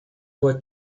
were